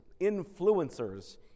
influencers